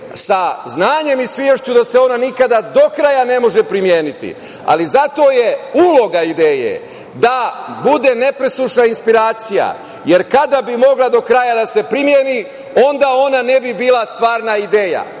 sa znanjem i svešću da se ona nikada do kraja ne može primeniti. Zato je uloga ideje da bude nepresušna inspiracija, jer kada bi mogla do kraja da se primeni, onda ona ne bi bila stvarna ideja.